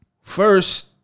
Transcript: first